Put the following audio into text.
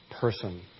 person